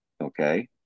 Okay